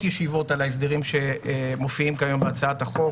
ישיבות על ההסדרים שמופיעים כיום בהצעת החוק.